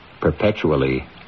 perpetually